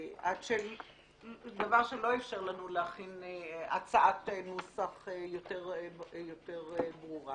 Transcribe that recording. דבר שלא איפשר לנו הצעת נוסח יותר ברורה.